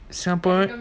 singaporean